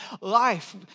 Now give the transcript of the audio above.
life